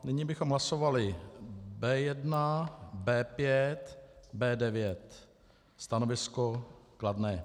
Nyní bychom hlasovali B1, B5, B9. Stanovisko kladné.